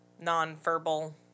non-verbal